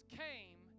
came